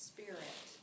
Spirit